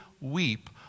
weep